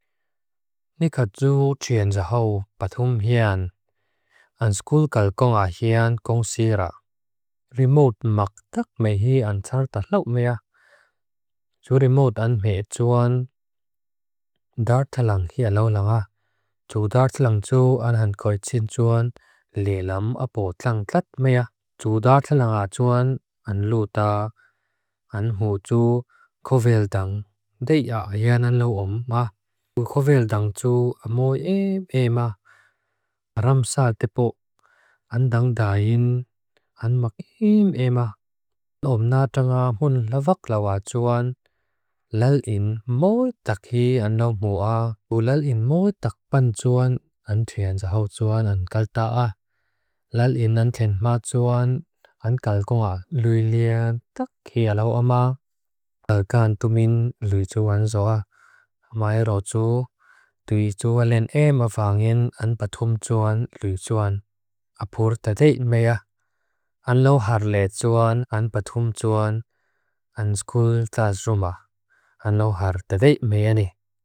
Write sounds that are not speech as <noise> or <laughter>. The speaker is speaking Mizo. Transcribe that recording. <hesitation> Nikatu tsyen zahaw, patum hyan. <hesitation> An skul kal gong ah hyan, gong syira. Rimot mak tak mehi an tsartahlaup mea. <hesitation> Su rimot an meit tsuan <hesitation> dartalang hya laulang ah. Su dartalang tsu an han koi tsin tsuan lelam apo tlang klat mea. Su dartalang ah tsuan an luta an hu tsu kovildang. Dey ah hyan an luom ma. Kovildang tsu an moi eem eem ah. <hesitation> Ram sa tepo. <hesitation> An dang dahin. An mak eem eem ah. Luom natanga hun lavak lau ah tsuan. Lel in moi tak hi an laup mua. Bu lel in moi tak pan tsuan. An tsyen zahaw tsuan an kalta ah. Lel in an tsyen ma tsuan. An kal gong ah lui lia tak hi lau ah ma. Lel kan tu min lui tsu an zo ah. <hesitation> Mai ro tsu <hesitation> tui tsua len eem ah fangin an patum tsu an lui tsu an. Apur tateit mea. An lo har le tsu an an patum tsu an. <hesitation> An skul tla tsu ma. <hesitation> An lo har tateit mea ni.